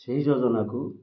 ସେହି ଯୋଜନାକୁ